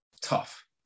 tough